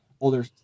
older